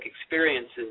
experiences